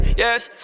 yes